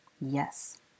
Yes